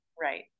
Right